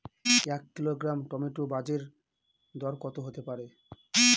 এক kilogram tomato বাজের দরকত হতে পারে?